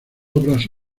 obras